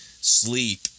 sleep